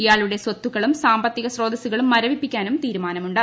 ഇയാളുടെ സ്വത്തുക്കളും സാമ്പത്തിക സ്രോതസുകളും മരവിപ്പിക്കാനും തീരുമാനമുണ്ട്